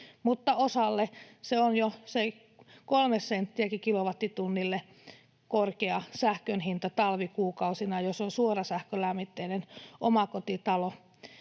Mutta osalle se kolme senttiäkin kilowattitunnilta on korkea sähkön hinta talvikuukausina, jos on suorasähkölämmitteinen omakotitalo